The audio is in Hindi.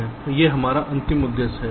वह हमारा है वह हमारा अंतिम उद्देश्य है